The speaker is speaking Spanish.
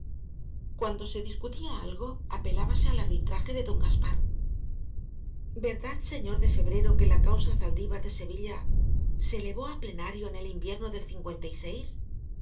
cuando se discutía algo apelábase al arbitraje de don gaspar verdad señor de febrero que la causa zaldívar de sevilla se elevó á plenario en el invierno del